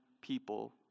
people